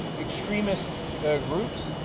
extremist groups.